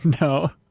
No